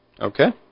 Okay